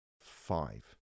five